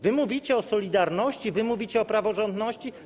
Wy mówicie o solidarności, wy mówicie o praworządności?